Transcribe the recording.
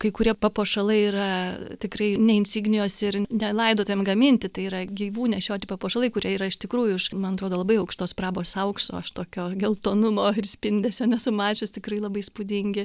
kai kurie papuošalai yra tikrai ne insignijos ir ne laidotuvėm gaminti tai yra gyvų nešioti papuošalai kurie yra iš tikrųjų kažkaip man atrodo labai aukštos prabos aukso aš tokio geltonumo ir spindesio nesu mačius tikrai labai įspūdingi